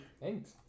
Thanks